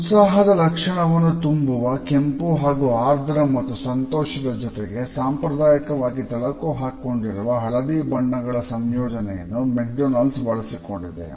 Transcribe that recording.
ಉತ್ಸಾಹದ ಲಕ್ಷಣವನ್ನು ತುಂಬುವ ಕೆಂಪು ಹಾಗೂ ಆರ್ದ್ರ ಮತ್ತು ಸಂತೋಷದ ಜೊತೆಗೆ ಸಾಂಪ್ರದಾಯಿಕವಾಗಿ ತಳಕು ಹಾಕಿಕೊಂಡಿರುವ ಹಳದಿ ಬಣ್ಣಗಳ ಸಂಯೋಜನೆಯನ್ನು ಮ್ಯಾಕ್ಡೊನಾಲ್ಡ್ಸ್ ಬಳಸಿಕೊಂಡಿದೆ